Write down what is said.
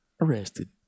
Arrested